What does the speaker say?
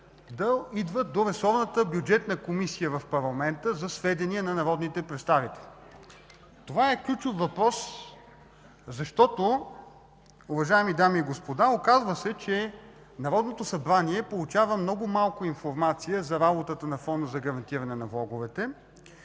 да идват до ресорната Бюджетна комисия в парламента за сведение на народните представители. Това е ключов въпрос, защото, уважаеми дами и господа, оказва се, че Народното събрание получава много малко информация за работата на Фонда за гарантиране на влоговете.